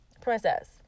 princess